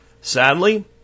Sadly